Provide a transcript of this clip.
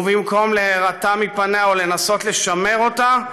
ובמקום להירתע מפניה או לנסות לשמר אותה,